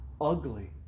ugly